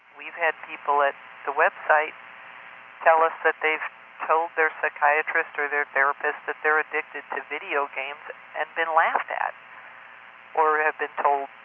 we've had people at the website tell us that they've told their psychiatrist or their therapist that they're addicted to video games and been laughed at or have been told,